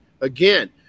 Again